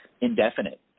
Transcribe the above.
indefinite